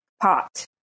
pot